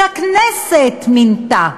שהכנסת מינתה.